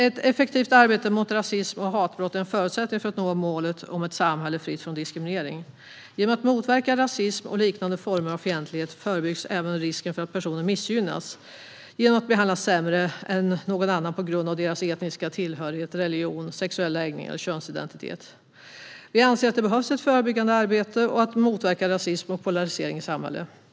Ett effektivt arbete mot rasism och hatbrott är en förutsättning för att nå målet om ett samhälle fritt från diskriminering. Genom att motverka rasism och liknande former av fientlighet förebyggs även risken för att personer missgynnas genom att behandlas sämre än någon annan på grund av etnisk tillhörighet, religion, sexuell läggning eller könsidentitet. Vi anser att det behövs ett förebyggande arbete för att motverka rasism och polarisering i samhället.